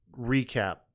recap